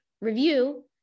review